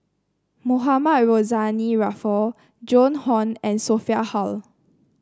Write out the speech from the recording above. Mohamed Rozani Maarof Joan Hon and Sophia Hull